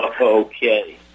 Okay